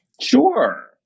Sure